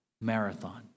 marathon